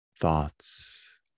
thoughts